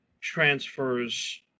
transfers